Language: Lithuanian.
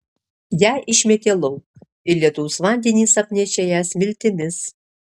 ją išmetė lauk ir lietaus vandenys apnešė ją smiltimis